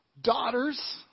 daughters